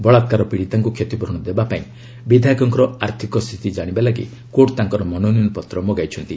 ବଳାକ୍ରାର ପୀଡ଼ିତାଙ୍କୁ କ୍ଷତିପୂରଣ ଦେବା ପାଇଁ ବିଧାୟକଙ୍କର ଆର୍ଥିକ ସ୍ଥିତି ଜାଣିବା ଲାଗି କୋର୍ଟ୍ ତାଙ୍କର ମନୋନୟନପତ୍ର ମଗାଇଛନ୍ତି